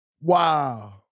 Wow